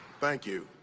thank you.